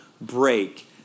break